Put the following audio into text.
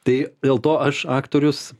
tai dėl to aš aktorius